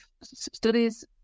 studies